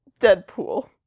Deadpool